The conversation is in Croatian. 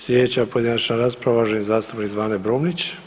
Sljedeća pojedinačna rasprava, uvaženi zastupnik Zvane Brumnić.